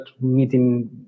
meeting